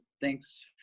Thanks